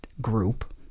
group